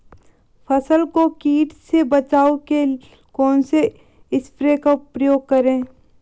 फसल को कीट से बचाव के कौनसे स्प्रे का प्रयोग करें?